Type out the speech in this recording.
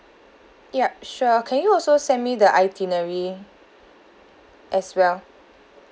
yup sure can you also send me the itinerary as well